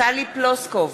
טלי פלוסקוב,